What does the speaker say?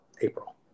April